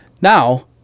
now